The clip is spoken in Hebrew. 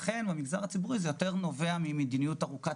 במגזר הציבורי זה נובע יותר ממדיניות ארוכת